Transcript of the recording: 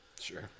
Sure